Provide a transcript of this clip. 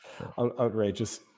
Outrageous